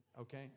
Okay